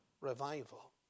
revival